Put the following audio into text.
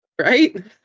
Right